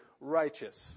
righteous